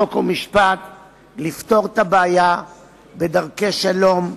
חוק ומשפט לפתור את הבעיה בדרכי שלום,